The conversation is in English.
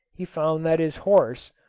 he found that his horse,